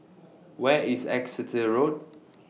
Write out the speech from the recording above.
Where IS Exeter Road